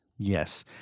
Yes